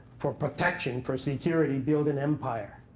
for protection, for security, build an empire.